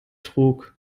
trug